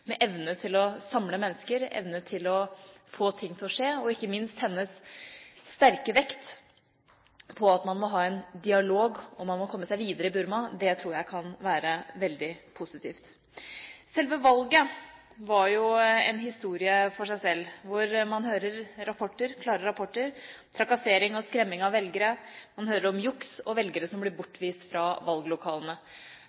med evne til å samle mennesker og evne til å få ting til å skje, og ikke minst hennes sterke vekt på at man må ha dialog og på at man må komme seg videre i Burma. Det tror jeg kan være veldig positivt. Selve valget var jo en historie for seg selv, hvor man hører klare rapporter om trakassering og skremming av velgere, man hører om juks og velgere som blir